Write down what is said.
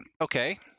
okay